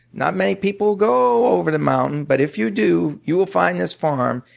not many people go over the mountain but if you do, you will find this farm.